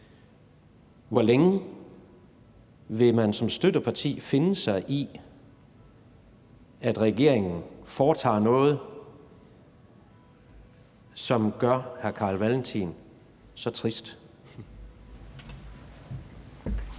Hvor længe vil man som støtteparti finde sig i, at regeringen foretager sig noget, som gør hr. Carl Valentin så trist?